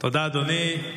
תודה, אדוני.